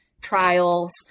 trials